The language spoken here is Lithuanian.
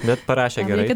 bet parašė gerai